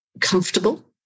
comfortable